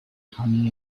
honey